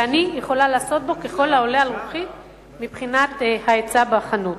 ואני יכולה לעשות בו ככל העולה על רוחי מבחינת ההיצע בחנות.